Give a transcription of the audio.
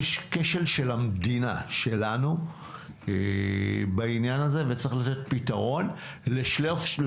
יש כשל של המדינה שלנו בעניין הזה ויש לתת פתרון לשלוש